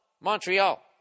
Montreal